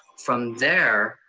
from there,